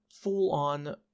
full-on